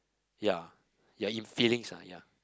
ya your in feelings ah ya